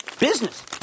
business